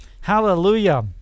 Hallelujah